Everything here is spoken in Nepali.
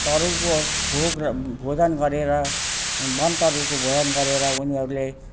तरुलको भोग भोजन गरेर वन तरुलको भोजन गरेर उनीहरूले